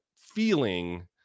feeling